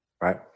right